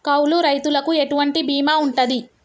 కౌలు రైతులకు ఎటువంటి బీమా ఉంటది?